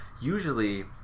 usually